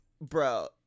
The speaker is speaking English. bro